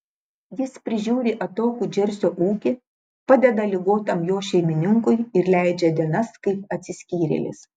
jis prižiūri atokų džersio ūkį padeda ligotam jo šeimininkui ir leidžia dienas kaip atsiskyrėlis